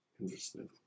Interesting